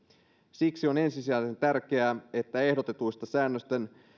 siksi on ensisijaisen tärkeää että ehdotetuista säännösten